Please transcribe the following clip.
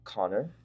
Connor